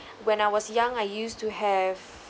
when I was young I used to have